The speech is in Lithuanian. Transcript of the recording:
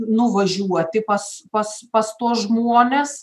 nuvažiuoti pas pas pas tuos žmones